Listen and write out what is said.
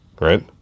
Right